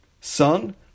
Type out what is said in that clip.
Son